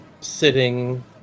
sitting